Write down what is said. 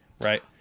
right